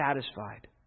satisfied